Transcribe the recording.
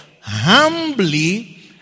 humbly